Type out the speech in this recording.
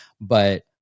but-